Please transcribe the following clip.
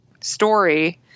story